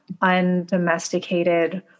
undomesticated